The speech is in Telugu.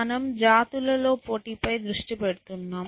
మనము జాతుల లో పోటీపై దృష్టి పెట్టబోతున్నాము